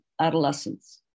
adolescence